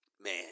man